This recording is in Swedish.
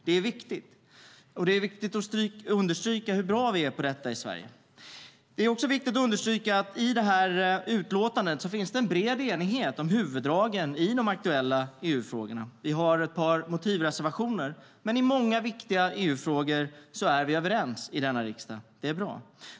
Det är viktigt att understryka hur bra vi är på det i Sverige. Det är också viktigt att understryka att det i utlåtandet finns en bred enighet om huvuddragen i de aktuella EU-frågorna. Vi har ett par motivreservationer, men i många viktiga EU-frågor är vi överens i denna riksdag.